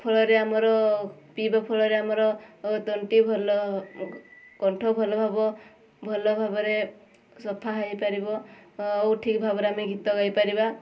ଫଳରେ ଆମର ପିଇବା ଫଳରେ ଆମର ତଣ୍ଟି ଭଲ କଣ୍ଠ ଭଲ ହବ ଭଲଭାବରେ ସଫା ହୋଇପାରିବ ଆଉ ଠିକ୍ ଭାବରେ ଆମେ ଗୀତ ଗାଇପାରିବା